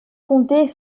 comtés